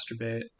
Masturbate